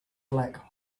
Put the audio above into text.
black